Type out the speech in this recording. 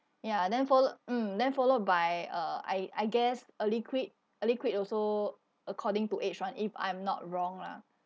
ya then follow mm then followed by uh I I guess a liquid a liquid also according to age one if I'm not wrong lah